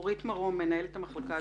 אורית מרום, מנהלת המחלקה הציבורית בעמותת